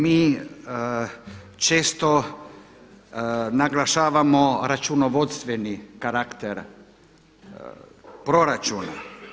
Mi često naglašavamo računovodstveni karakter proračuna.